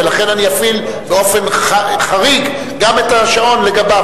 ולכן אני אפעיל באופן חריג גם את השעון לגביו.